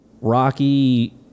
Rocky